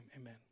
amen